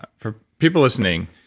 for people listening,